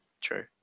True